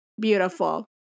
Beautiful